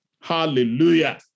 Hallelujah